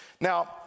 Now